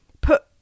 put